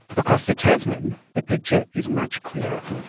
across the tasman, the picture is much clearer.